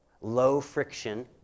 low-friction